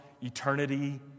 eternity